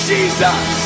Jesus